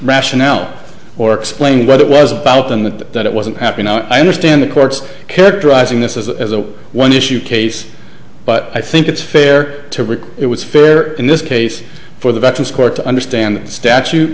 rationale or explain what it was about and that it wasn't happy now i understand the court's characterizing this as a one issue case but i think it's fair to recall it was fair in this case for the veterans court to understand that the statute